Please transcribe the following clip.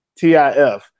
TIF